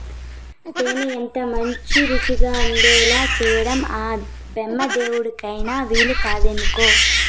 తేనె ఎంతమంచి రుచిగా ఉండేలా చేయడం ఆ బెమ్మదేవుడికైన వీలుకాదనుకో